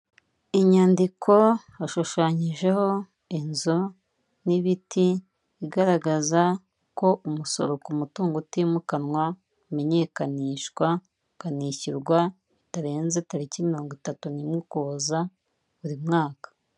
Inyandiko hashushanyijeho inzu n'ibiti, igaragaza ko umusoro ku mutungo utimukanwa umenyekanishwa ukanishyurwa bitarenze tariki mirongo itatu n'imwe Ukuboza buri mwaka.